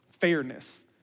fairness